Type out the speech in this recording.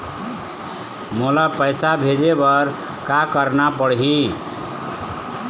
मोला पैसा भेजे बर का करना पड़ही?